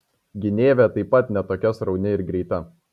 gynėvė taip pat ne tokia srauni ir greita